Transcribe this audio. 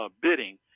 bidding